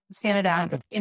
Canada